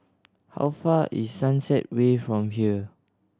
how far is Sunset Way from here